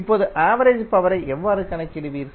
இப்போது ஆவரேஜ் பவரை எவ்வாறு கணக்கிடுவீர்கள்